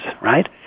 Right